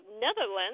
Netherlands